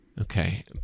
Okay